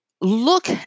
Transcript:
look